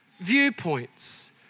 viewpoints